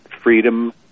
freedom